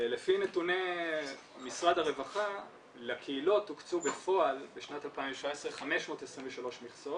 לפי נתוני משרד הרווחה לקהילות הוקצו בפועל 523 מכסות